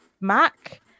Mac